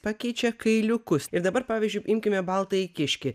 pakeičiau kailiukus ir dabar pavyzdžiui imkime baltąjį kiškį